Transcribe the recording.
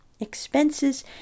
expenses